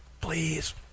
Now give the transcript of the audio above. please